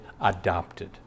adopted